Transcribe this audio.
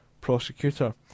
prosecutor